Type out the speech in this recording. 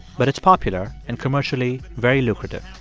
but it's popular and commercially very lucrative.